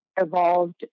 evolved